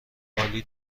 عالی